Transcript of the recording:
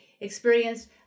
experienced